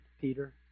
Peter